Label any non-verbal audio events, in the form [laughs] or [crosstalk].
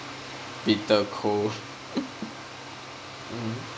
bitter cold [laughs]